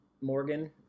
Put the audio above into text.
Morgan